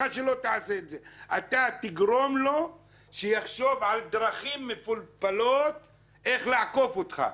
אתה תגרום לו לחשוב על דרכים מפולפלות איך לעקוף אותך,